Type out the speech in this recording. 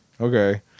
okay